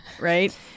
Right